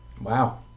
Wow